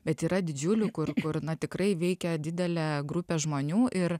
bet yra didžiulių kur kur na tikrai veikia didelė grupė žmonių ir